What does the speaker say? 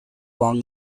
along